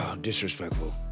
disrespectful